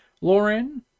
lauren